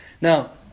now